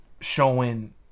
showing